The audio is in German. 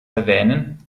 erwähnen